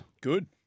Good